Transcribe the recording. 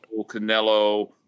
Canelo